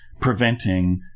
preventing